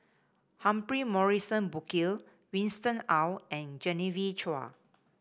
Humphrey Morrison Burkill Winston Oh and Genevieve Chua